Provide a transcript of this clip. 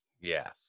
Yes